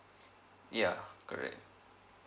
ya correct